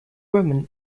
women